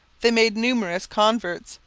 they made numerous converts,